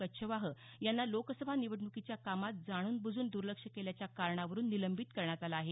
कच्छवाह यांना लोकसभा निवडण्कीच्या कामात जाण्नब्जून दुर्लक्ष केल्याच्या कारणावरून निलंबित करण्यात आलं आहे